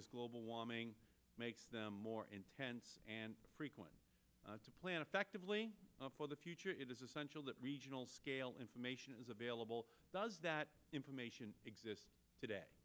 as global warming makes them more intense and frequent to plan effectively for the future it is essential that regional scale information is available does that information exist today